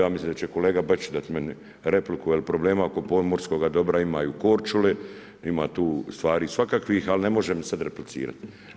Ja mislim da će kolega Bačić dati meni repliku jer problema oko pomorskoga dobra ima i u Korčuli, ima tu stvari svakakvih, ali ne može mi sad replicirati.